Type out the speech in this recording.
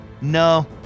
No